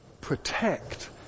protect